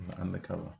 undercover